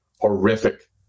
horrific